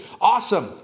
awesome